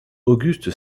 auguste